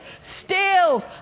steals